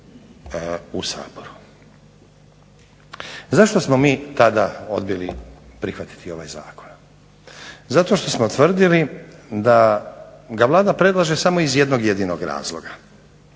u Saboru. Zašto smo mi tada odbili prihvatiti ovaj zakon? Zato što smo tvrdili da ga Vlada predlaže samo iz jednog jedinog razloga.